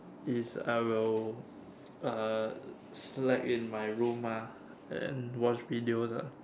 is I will uh slack in my room ah and watch videos ah